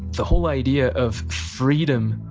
the whole idea of freedom,